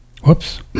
Whoops